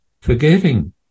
forgetting